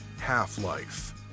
Half-Life